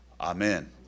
Amen